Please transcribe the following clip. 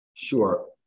Sure